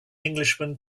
englishman